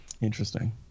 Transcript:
Interesting